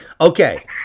Okay